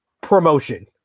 promotion